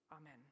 Amen